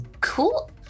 cool